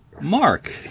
Mark